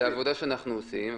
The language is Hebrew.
זו העבודה שאנחנו עושים,